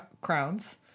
crowns